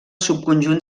subconjunt